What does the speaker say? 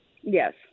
Yes